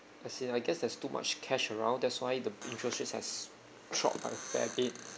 as in I guess there's too much cash around that's why the interest rate has drop by a fair bit